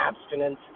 abstinence